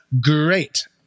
Great